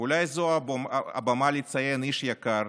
אולי זאת הבמה לציין איש יקר,